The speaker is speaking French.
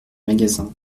magasin